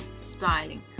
styling